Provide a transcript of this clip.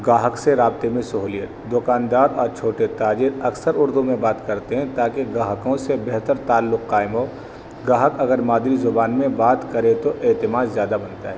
گاہک سے رابطے میں سہولیت دکاندار اور چھوٹے تاجر اکثر اردو میں بات کرتے ہیں تاکہ گاہکوں سے بہتر تعلق قائم ہو گاہک اگر مادری زبان میں بات کرے تو اعتماد زیادہ بنتا ہے